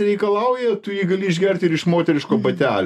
reikalauja tu jį gali išgert ir iš moteriško batelio